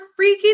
freaking